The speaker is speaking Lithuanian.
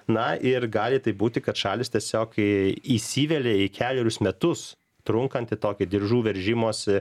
na ir gali taip būti kad šalys tiesiog kai įsivelia į kelerius metus trunkantį tokį diržų veržimosi